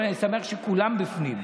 אני שמח שכולם בפנים,